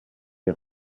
est